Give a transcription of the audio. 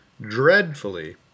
dreadfully